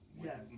Yes